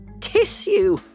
Tissue